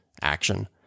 action